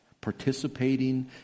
participating